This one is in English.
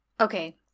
Okay